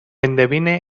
endevine